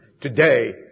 Today